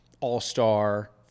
All-star –